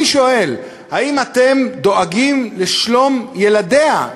לשאול: 1. האם אתם דואגים לשלום ילדיה,